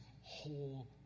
whole